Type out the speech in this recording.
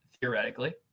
theoretically